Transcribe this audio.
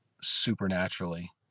supernaturally